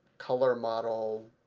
color model,